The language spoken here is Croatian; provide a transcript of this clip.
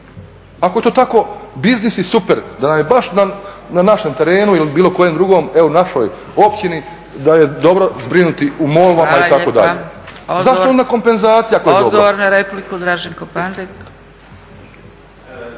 Ako je to tako biznis i super, da bar na našem terenu ili bilo kojem drugom, evo našoj općini da je dobro zbrinuti u Molvama i tako dalje. **Zgrebec, Dragica (SDP)**